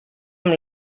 amb